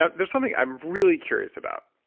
ah there's something i'm really curious about.